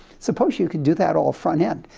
suppose you can do that all front-end.